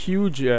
Huge